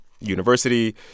University